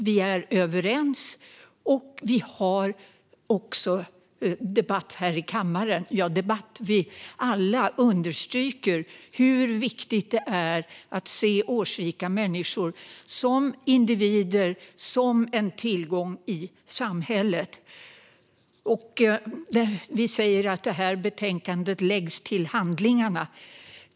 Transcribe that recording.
Vi är överens, och vi har debatt här i kammaren - men en debatt där vi alla understryker hur viktigt det är att se årsrika människor som individer och som en tillgång i samhället. Vi säger att betänkandet läggs till handlingarna.